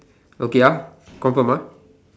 okay ah confirm ah